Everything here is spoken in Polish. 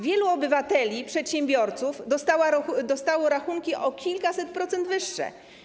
Wielu obywateli, przedsiębiorców dostało rachunki o kilkaset procent wyższe.